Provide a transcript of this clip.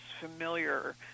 familiar